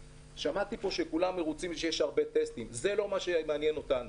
שמעתי שכולם מרוצים מזה שיש הרבה טסטים אבל זה לא מה שמעניין אותנו.